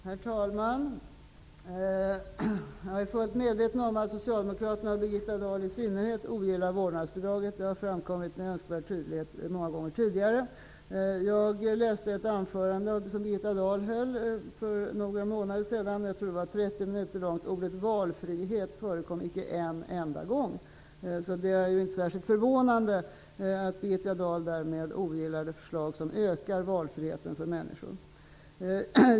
Herr talman! Jag är fullt medveten om att socialdemokraterna och i synnerhet Birgitta Dahl ogillar vårdnadsbidraget. Det har framkommit med önskvärd tydlighet många gånger tidigare. Jag läste ett anförande som Birgitta Dahl höll för några månader sedan. Jag tror att det var 30 minuter långt. Ordet valfrihet förekom icke en enda gång. Det är inte särskilt förvånande att Birgitta Dahl ogillar det förslag som ökar valfriheten för människor.